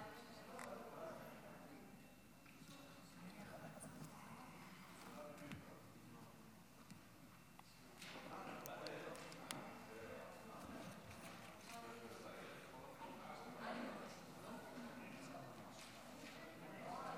חבר הכנסת עמית